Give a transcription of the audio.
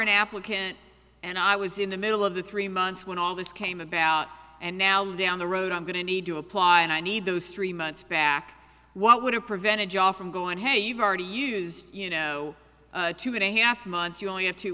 an applicant and i was in the middle of the three months when all this came about and now down the road i'm going to need to apply and i need those three months back what would have prevented jaw from going hey you've already used you know two and a half months you only have two